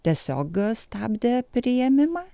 tiesiog stabdė priėmimą